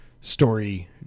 story